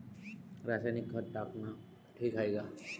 रासायनिक खत टाकनं ठीक हाये का?